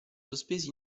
sospesi